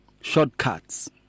shortcuts